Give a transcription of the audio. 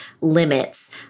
limits